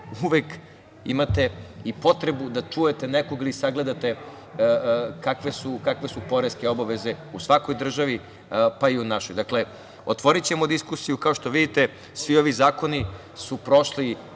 uvek imate potrebu da čujete nekog ili sagledate kakve su poreske obaveze u svakoj državi, pa i u našoj. Dakle, otvorićemo diskusiju. Kao što vidite, svi ovi zakoni su prošli